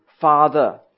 father